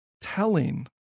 telling